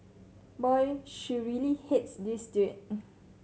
boy she really hates this dude